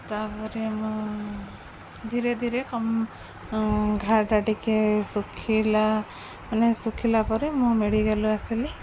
ତା'ପରେ ମୁଁ ଧୀରେ ଧୀରେ ଘାଆଟା ଟିକିଏ ଶୁଖିଲା ମାନେ ଶୁଖିଲା ପରେ ମୁଁ ମେଡ଼ିକାଲ୍ରୁ ଆସିଲି